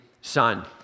son